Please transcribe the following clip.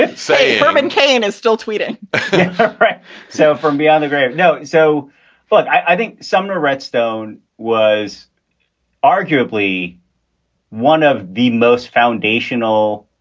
and saying herman cain is still tweeting right so from beyond the grave. no. so but i think sumner redstone was arguably one of the most foundational.